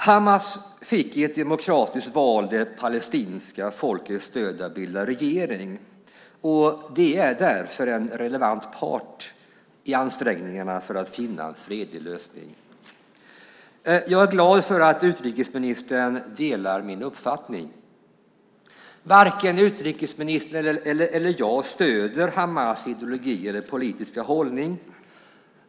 Hamas fick i ett demokratiskt val det palestinska folkets stöd att bilda regering, och de är därför en relevant part i ansträngningarna för att finna en fredlig lösning. Jag är glad för att utrikesministern delar min uppfattning. Varken utrikesministern eller jag stöder Hamas ideologi eller politiska hållning.